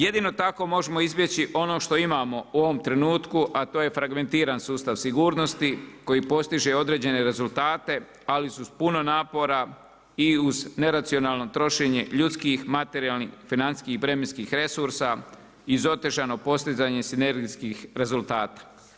Jedino tako možemo izbjeći ono što imamo u ovom trenutku, a to je fragmentiran sustav sigurnosti koji postiže i određene rezultate, ali uz puno napora i uz neracionalno trošenje ljudskih, materijalnih, financijskih i … resursa uz otežano postizanje sinergijskih rezultata.